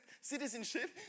citizenship